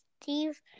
Steve